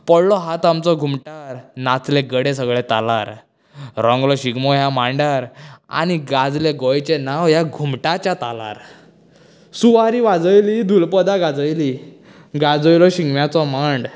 पडलो हात आमचो घुमटार नाचलें गडें सगळें तालार रंगलो शिगमो ह्या मांडार आनी गाजलें गोंयचें नांव ह्या घुमटाच्या तालार सुवारीं वाजयलीं दुलपदां गाजयलीं गाजयलो शिगम्याचो मांड